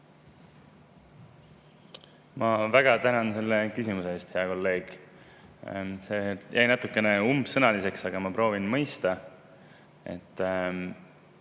Ma väga tänan selle küsimuse eest, hea kolleeg. See jäi natukene [üld]sõnaliseks, aga ma proovin